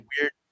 weird